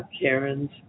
Karen's